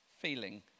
feeling